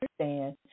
understand